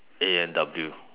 A and W